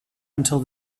until